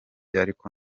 ariko